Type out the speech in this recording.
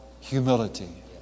humility